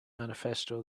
manifesto